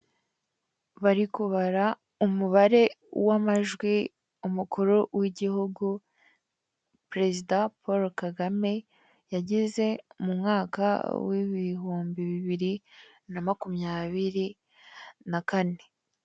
Bari kubara umubare w'amajwi umukuru w'igihugu, perezida Paul Kagame yagize mu mwaka w'ibihumbi bibiri na makumyabiri na kane.